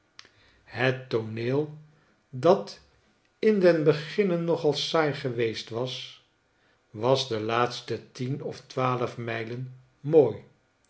het tooneel dat in den beginne nogal saai geweest was was de laatste tien of twaalf mijlen mooi